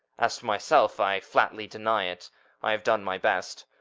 as for myself, i flatly deny it i have done my best.